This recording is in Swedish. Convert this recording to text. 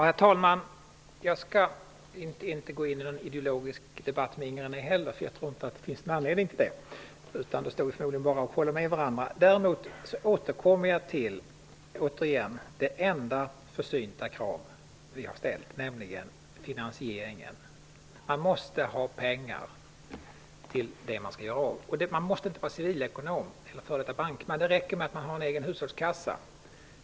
Herr talman! Jag skall inte gå in i någon ideologisk debatt, eftersom jag inte tror att det finns anledning till det. Vi skulle förmodligen bara stå och hålla med varandra. Däremot vill jag återkomma till det enda, försynta krav som vi har ställt, nämligen finansieringen. Man måste ha de pengar som man skall göra av med. Man måste inte vara civilekonom eller f.d. bankman för att förstå, det räcker att man har en egen hushållskassa.